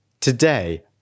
Today